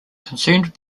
consumed